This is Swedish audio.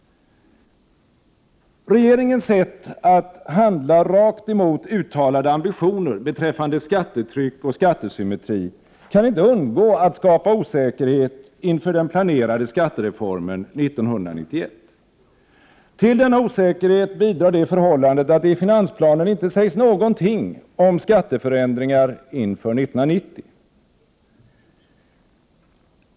Regeringens sätt att handla rakt emot uttalade ambitioner beträffande skattetryck och skattesymmetri kan inte undgå att skapa osäkerhet inför den planerade skattereformen 1991. Till denna osäkerhet bidrar det förhållandet att det i finansplanen inte sägs någonting om skatteförändringar inför 1990.